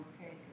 okay